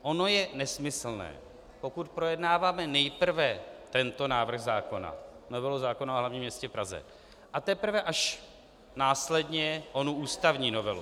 Ono je nesmyslné, pokud projednáváme nejprve tento návrh zákona, novelu zákona o hlavním městě Praze, a teprve až následně onu ústavní novelu.